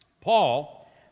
Paul